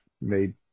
made